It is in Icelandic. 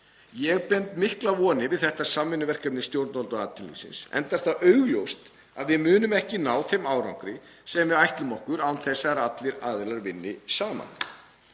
Ég bind miklar vonir við þetta samvinnuverkefni stjórnvalda og atvinnulífsins enda er það augljóst að við munum ekki ná þeim árangri sem við ætlum okkur án þess að allir aðilar vinni saman.